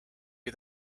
you